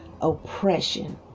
oppression